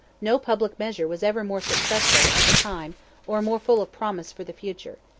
no public measure was ever more successful at the time or more full of promise for the future.